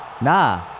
nah